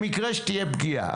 למקרה שתהיה פגיעה.